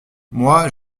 moi